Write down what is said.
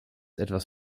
etwas